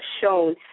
shown